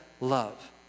love